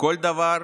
כל דבר